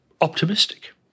optimistic